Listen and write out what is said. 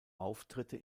auftritte